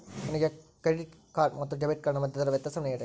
ನನಗೆ credit card ಮತ್ತು debit ಕಾರ್ಡಿನ ಮಧ್ಯದಲ್ಲಿರುವ ವ್ಯತ್ಯಾಸವನ್ನು ಹೇಳ್ರಿ?